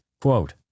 quote